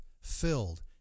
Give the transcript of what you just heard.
filled